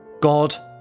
God